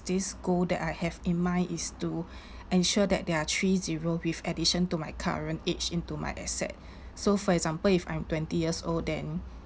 this goal that I have in mind is to ensure that there are three zero with addition to my current age into my asset so for example if I'm twenty years old then